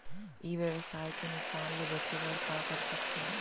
ई व्यवसाय के नुक़सान ले बचे बर का कर सकथन?